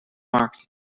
markt